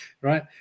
right